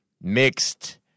mixed